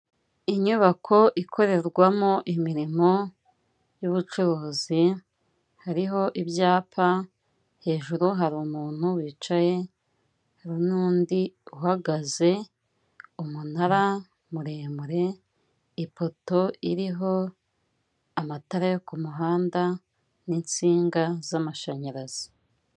Inyubako ikorerwamo imirimo y'ubucuruzi hariho ibyapa, hejuru hari umuntu wicaye, hari n'undi uhagaze, umunara muremure, ipoto iriho amatara yo ku muhanda n'insinga z'amashanyarazi.